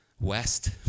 west